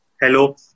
Hello